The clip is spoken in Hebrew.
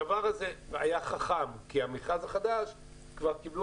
הדבר הזה היה חכם כי במכרז החדש קיבלו